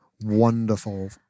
Wonderful